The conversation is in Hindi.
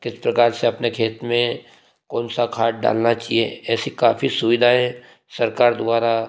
किस प्रकार से अपने खेत में कौन सा खाद डालना चाहिए ऐसी काफी सुविधाएँ सरकार द्वारा